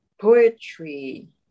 poetry